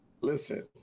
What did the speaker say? Listen